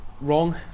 wrong